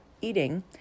eating